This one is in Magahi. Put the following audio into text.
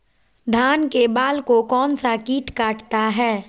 धान के बाल को कौन सा किट काटता है?